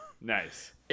Nice